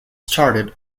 started